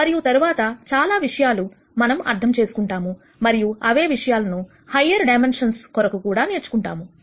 మరియు తర్వాత చాలా విషయాలు మనం అర్థం చేసుకుంటాము మరియు అవే విషయాలను హయ్యర్ డైమెన్షన్స్ కొరకు కూడా నేర్చుకుంటాము